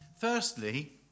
Firstly